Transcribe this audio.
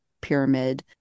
pyramid